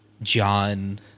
John